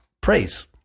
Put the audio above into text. praise